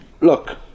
Look